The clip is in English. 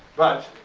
but,